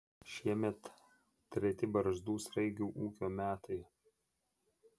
šiemet treti barzdų sraigių ūkio metai